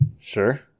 Sure